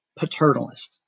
paternalist